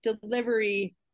delivery